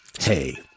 Hey